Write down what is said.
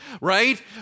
right